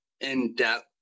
in-depth